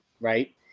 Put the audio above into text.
right